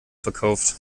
verkauft